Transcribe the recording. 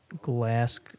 Glass